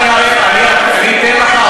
אני אתן לך.